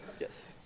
Yes